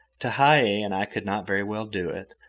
tehei and i could not very well do it,